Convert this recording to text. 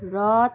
রথ